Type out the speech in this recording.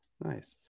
Nice